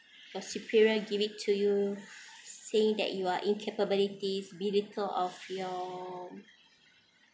your superior give it to you say that you are incapabilities belittle of your